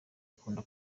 akunda